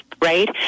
right